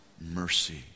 mercy